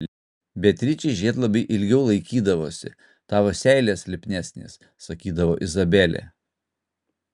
beatričei žiedlapiai ilgiau laikydavosi tavo seilės lipnesnės sakydavo izabelė